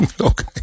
Okay